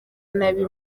nabi